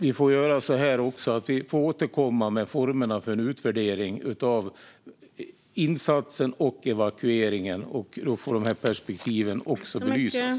Vi får återkomma med formerna för utvärdering av insatsen och evakueringen, och då får dessa perspektiv också belysas.